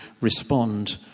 respond